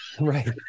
right